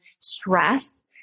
stress